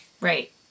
Right